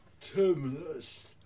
Terminus